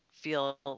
feel